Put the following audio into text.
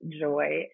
joy